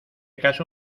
caso